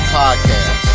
podcast